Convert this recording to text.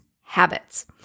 habits